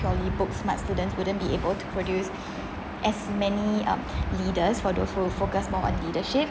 purely book smart students wouldn't be able to produce as many um leaders for those who focus more on leadership